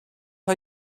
are